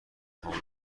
خاموش